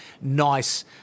nice